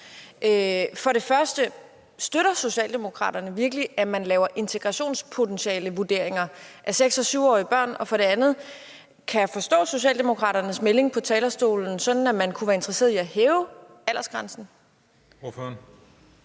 For det første: Støtter Socialdemokraterne virkelig, at man laver integrationspotentialevurderinger af 6-årige og 7-årige børn? For det andet: Kan jeg forstå Socialdemokraternes melding på talerstolen sådan, at man kunne være interesseret i at hæve aldersgrænsen?